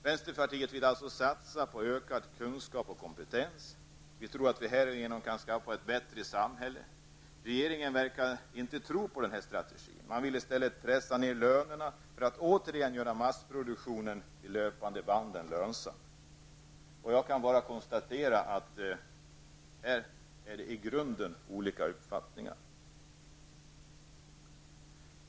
Vänsterpartiet vill alltså satsa på ökad kunskap och kompetens. Vi tror att vi härigenom kan skapa ett bättre samhälle. Regeringen verkar inte tro på denna strategi. Man vill i stället pressa ner lönerna för att återigen göra massproduktionen vid de löpande banden lönsam. Jag kan bara konstatera att här har vi i grunden helt olika uppfattningar.